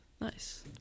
Nice